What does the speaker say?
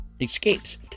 escapes